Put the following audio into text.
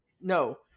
no